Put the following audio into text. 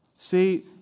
See